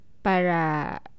Para